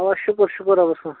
اَوا شُکر شُکر رۄبَس کُن